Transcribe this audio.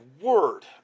word